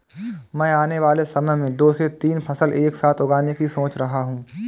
मैं आने वाले समय में दो से तीन फसल एक साथ उगाने की सोच रहा हूं